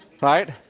Right